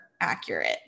accurate